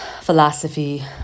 philosophy